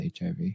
HIV